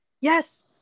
Yes